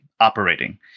operating